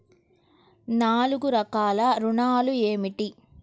నాలుగు రకాల ఋణాలు ఏమిటీ?